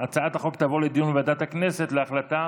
הצעת החוק תעבור לדיון בוועדת הכנסת להחלטה